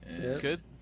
Good